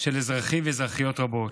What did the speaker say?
של אזרחים ואזרחיות רבים.